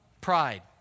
pride